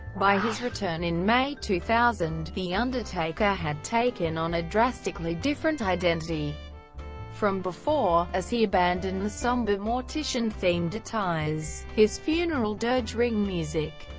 by his return in may two thousand, thousand, the undertaker had taken on a drastically different identity from before, as he abandoned the somber mortician-themed attires, his funeral dirge ring music,